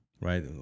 Right